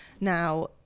Now